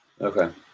okay